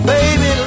Baby